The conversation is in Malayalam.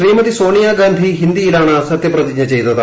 ശ്രീമതി സോണിയാഗാന്ധി ഹിന്ദിയിലാണ് സത്യപ്രതിജ്ഞ ചെയ്തത്